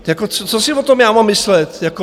Jako co si o tom já mám myslet jako?